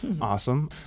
Awesome